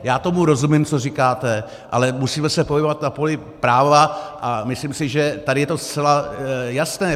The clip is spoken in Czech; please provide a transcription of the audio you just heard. Já tomu rozumím, co říkáte, ale musíme se pohybovat na poli práva, a myslím si, že tady je to zcela jasné.